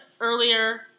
earlier